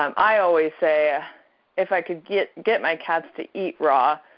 um i always say ah if i could get get my cats to eat raw,